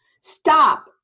stop